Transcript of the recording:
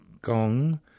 gong